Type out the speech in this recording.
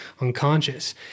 unconscious